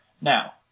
Now